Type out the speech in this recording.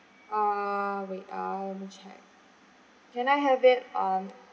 uh wait ah let me check can I have it on